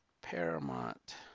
Paramount